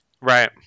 right